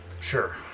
Sure